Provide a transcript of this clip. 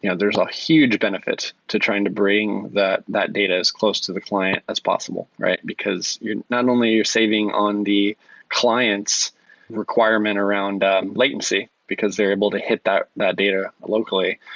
yeah there's a huge benefit to trying to bring that that data as close to the client as possible, right? because not only you're saving on the client's requirement around latency, because they're able to hit that that data locally,